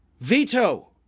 veto